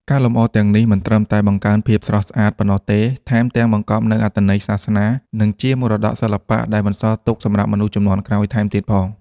ការលម្អទាំងនេះ មិនត្រឹមតែបង្កើនភាពស្រស់ស្អាតប៉ុណ្ណោះទេ ថែមទាំងបង្កប់នូវអត្ថន័យសាសនា និងជាមរតកសិល្បៈ ដែលបន្សល់ទុកសម្រាប់មនុស្សជំនាន់ក្រោយថែមទៀតផង។